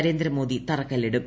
Narendra Modi തറക്കല്പിടും